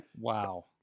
Wow